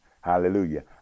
Hallelujah